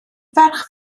ferch